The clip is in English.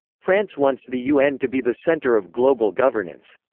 france wants the un to be the centre of global governance.